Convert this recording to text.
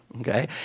Okay